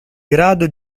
grado